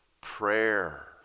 Prayer